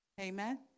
Amen